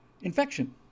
infection